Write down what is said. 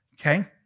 Okay